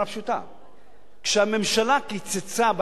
הממשלה קיצצה בהכנסות שלה ממסים